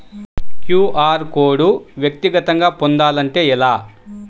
QR code వ్యక్తిగతంగా పొందాలంటే ఎలా?